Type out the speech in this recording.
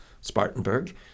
Spartanburg